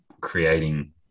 creating